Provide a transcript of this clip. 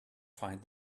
find